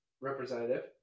representative